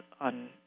on